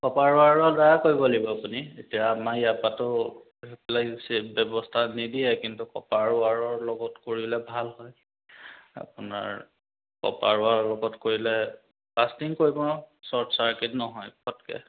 copper ৱাৰৰদ্বাৰাই কৰিব লাগিব আপুনি এতিয়া আমাৰ ইয়াৰপৰাতো সেইবিলাক ব্যৱস্থা নিদিয়ে কিন্তু কপাৰ ৱাৰৰ লগত কৰিলে ভাল হয় আপোনাৰ কপাৰ ৱাৰৰ লগত কৰিলে লাষ্টিং কৰিব ন শ্বৰ্ট চাৰ্কিট নহয় পটকৈ